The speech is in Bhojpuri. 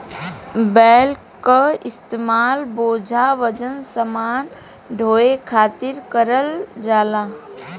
बैल क इस्तेमाल बोझा वजन समान ढोये खातिर करल जाला